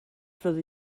fyddi